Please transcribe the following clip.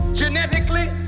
genetically